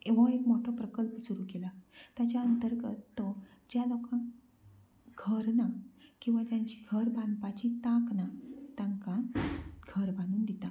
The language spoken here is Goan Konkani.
हो एक मोटो प्रकल्प सुरू केला ताच्या अंतर्गत तो ज्या लोकांक घर ना किंवा तांची घर बानपाची तांक ना तांकां घर बांदून दिता